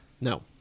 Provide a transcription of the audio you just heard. No